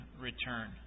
return